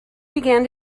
began